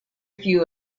few